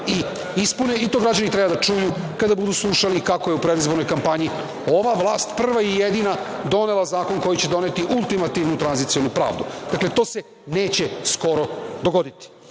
i ispune. To građani treba da čuju kada budu slušali kako je u predizbornoj kampanji ova vlast prva i jedina donela zakon koji će doneti ultimativnu tranzicionu pravdu. Dakle, to se neće skoro dogoditi. Javnost